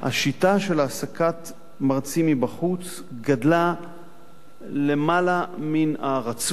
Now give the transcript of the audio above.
השיטה של העסקת מרצים מבחוץ גדלה למעלה מן הרצוי,